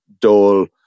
dole